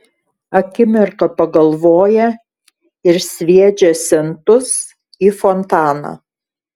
akimirką pagalvoja ir sviedžia centus į fontaną